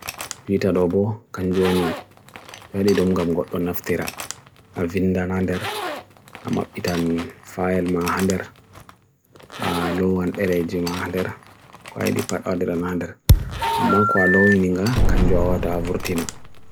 kompita dobo kanjwani dadi dum gamgot dun naftira alvinda nander ama pitan fael mahander aloan eleji mahander kwaileipat order nander ama kwa loin inga kanjwawata avurtina